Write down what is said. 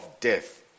death